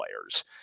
players